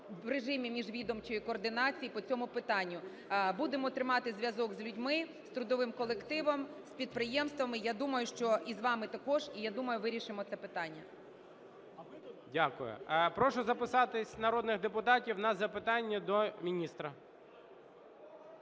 в режимі міжвідомчої координації по цьому питанню. Будемо тримати зв'язок з людьми, з трудовим колективом, з підприємствами, я думаю, що і з вами також, і, я думаю, вирішимо це питання. ГОЛОВУЮЧИЙ. Дякую. Прошу записатись народних депутатів на запитання до міністра.